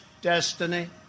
destiny